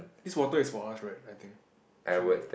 this water is for us right I think should be